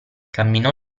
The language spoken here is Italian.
camminò